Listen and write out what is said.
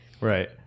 right